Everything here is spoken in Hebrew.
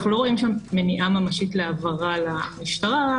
אנחנו לא רואים שם מניעה ממשית להעברה למרלו"ג,